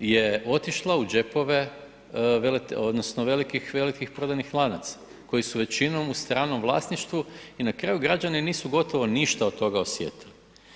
je otišla u džepove velikih prodajnih lanaca koji su većinom u stranom vlasništvu i na kraju građani nisu gotovo ništa od toga osjetili.